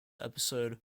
episode